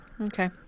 Okay